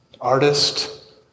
artist